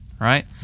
right